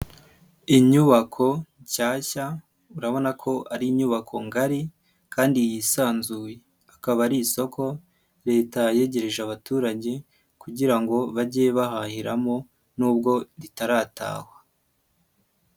Inyubako nshyashya urabona ko ari inyubako ngari kandi yisanzuye, akaba ari isoko Leta yegereje abaturage kugira ngo bajye bahahiramo nubwo'ubwo ritaratahwa.